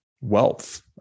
wealth